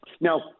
Now